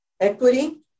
Equity